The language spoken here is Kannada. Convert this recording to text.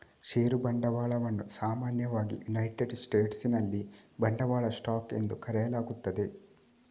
ಷೇರು ಬಂಡವಾಳವನ್ನು ಸಾಮಾನ್ಯವಾಗಿ ಯುನೈಟೆಡ್ ಸ್ಟೇಟ್ಸಿನಲ್ಲಿ ಬಂಡವಾಳ ಸ್ಟಾಕ್ ಎಂದು ಕರೆಯಲಾಗುತ್ತದೆ